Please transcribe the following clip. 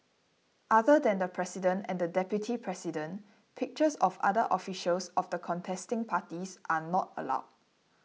other than the president and deputy president pictures of other officials of the contesting parties are not allowed